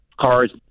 cars